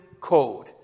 code